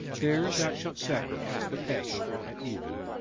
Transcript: there thou shalt sacrifice the passover at even,